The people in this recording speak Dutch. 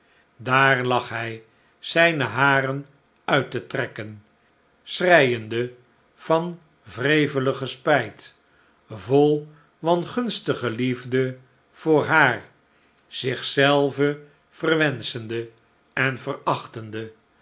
daar lag hij zijne haren uit te trekken schreiende van wrevelige spijt vol wangunstige liefde voor haar zich zelven verwenschende en verachtende